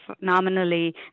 nominally